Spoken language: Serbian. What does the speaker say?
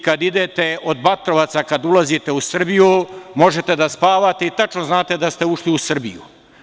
Kada od Batrovaca ulazite u Srbiju možete da spavate i tačno znate da ste ušli u Srbiju.